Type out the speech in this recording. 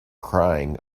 crying